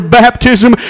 baptism